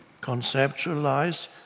conceptualize